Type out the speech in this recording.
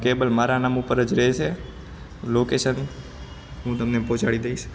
cable મારા ઉપર જ રહેશે લોકેશન હું તમને પહોંચાડી દઈશ